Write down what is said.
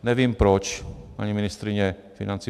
Nevím proč, paní ministryně financí.